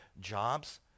jobs